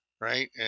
right